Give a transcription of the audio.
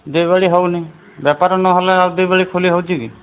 ଦୁଇ ବେଳି ହଉନି ବେପାର ନହେଲେ ଆଉ ବି ଦୁଇ ବେଳି ଖୋଲି ହେଉଛି କି